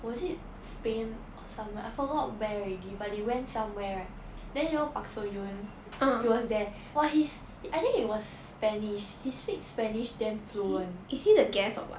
was it spain or somewhere I forgot where already but they went somewhere right then you know park seo joon he was there !wah! he I think it was spanish he speak spanish damn fluent